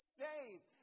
saved